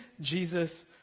Jesus